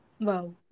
Wow